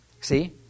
See